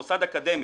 מוסד אקדמי,